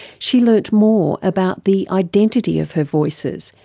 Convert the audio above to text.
she learnt more about the identity of her voices,